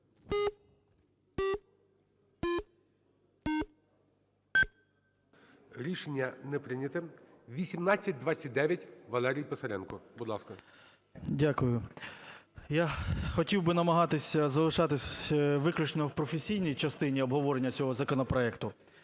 Рішення не прийнято. 1829. Валерій Писаренко, будь ласка. 17:52:38 ПИСАРЕНКО В.В. Дякую. Я хотів би намагатися залишатися виключено в професійній частині обговорення цього законопроекту.